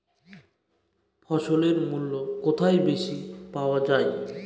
ফসলের মূল্য কোথায় বেশি পাওয়া যায়?